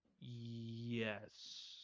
Yes